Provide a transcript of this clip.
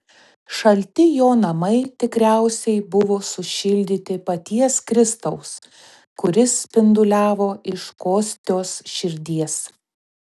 šalti jo namai tikriausiai buvo sušildyti paties kristaus kuris spinduliavo iš kostios širdies